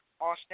Austin